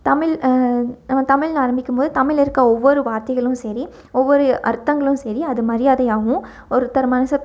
தமிழ் நம்ம தமிழ்ன்னு ஆரம்பிக்கும்போது தமிழில் இருக்க ஒவ்வொரு வார்த்தைகளும் சரி ஒவ்வொரு அர்த்தங்களும் சரி அது மரியாதையாகவும் ஒருத்தர் மனசை